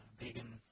Vegan